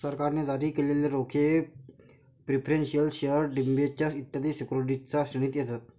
सरकारने जारी केलेले रोखे प्रिफरेंशियल शेअर डिबेंचर्स इत्यादी सिक्युरिटीजच्या श्रेणीत येतात